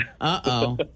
Uh-oh